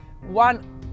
one